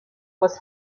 was